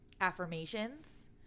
affirmations